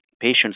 patients